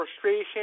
frustration